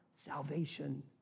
Salvation